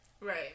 Right